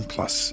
Plus